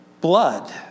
blood